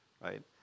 right